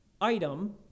item